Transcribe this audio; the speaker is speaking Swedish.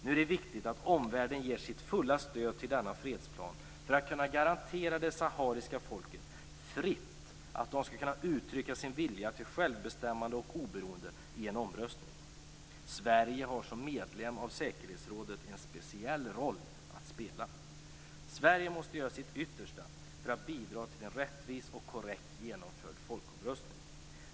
Nu är det viktigt att omvärlden ger sitt fulla stöd för denna fredsplan för att man skall kunna garantera att det sahariska folket fritt skall kunna uttrycka sin vilja till självbestämmande och oberoende i en omröstning. Sverige har som medlem i säkerhetsrådet en speciell roll att spela. Sverige måste göra sitt yttersta för att bidra till en rättvis och korrekt genomförd folkomröstning.